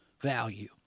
value